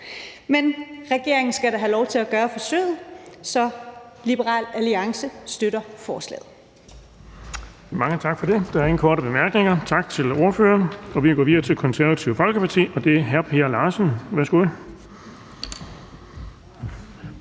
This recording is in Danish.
Men regeringen skal da have lov til at gøre forsøget. Så Liberal Alliance støtter forslaget. Kl. 14:48 Den fg. formand (Erling Bonnesen): Mange tak for det. Der er ingen korte bemærkninger. Tak til ordføreren. Vi går videre til Det Konservative Folkeparti, og det er hr. Per Larsen. Værsgo.